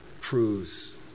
proves